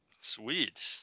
Sweet